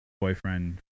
boyfriend